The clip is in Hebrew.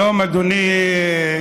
שלום, אדוני היושב-ראש.